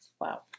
Wow